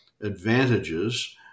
advantages